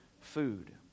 food